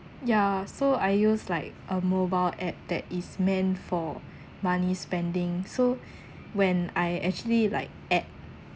ya so I use like a mobile app that is meant for money spending so when I actually like add